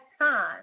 time